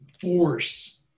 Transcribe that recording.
force